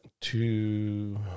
two